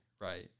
Right